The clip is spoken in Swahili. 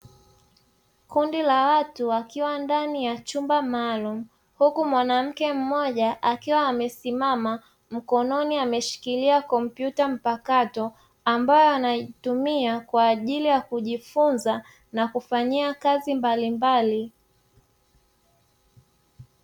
Kundi la watu wakiwa ndani ya chumba maalum, huku mwanamke mmoja akiwa amesimama, mkononi ameshikilia kompyuta mpakato ambayo anatumia kwa ajili ya kujifunza na kufanyia kazi mbalimbali.